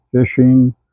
fishing